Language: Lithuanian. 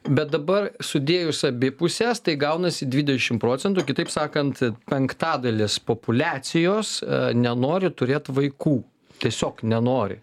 bet dabar sudėjus abi puses tai gaunasi dvidešim procentų kitaip sakant penktadalis populiacijos nenori turėt vaikų tiesiog nenori